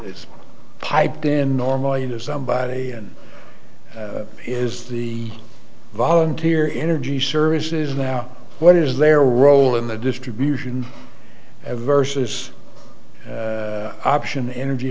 is piped in normal you know somebody is the volunteer energy services now what is their role in the distribution of versus option energy